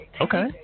Okay